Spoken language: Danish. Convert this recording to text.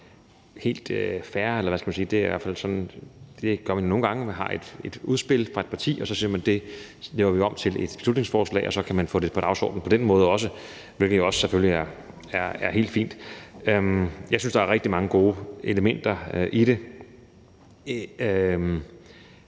stort set er det. Det er selvfølgelig helt fair, eller det gør man nogle gange; man har et udspil fra et parti, og så siger man, at det laver vi om til et beslutningsforslag, og så kan man få det på dagsordenen også på den måde, hvilket jo selvfølgelig er helt fint. Jeg synes, at der er rigtig mange gode elementer i det.